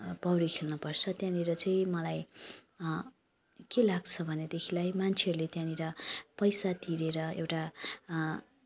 पौडी खेल्नपर्छ त्यहाँनिर चाहिँ मलाई के लाग्छ भनेदेखिलाई मान्छेहरूले त्यहाँनिर पैसा तिरेर एउटा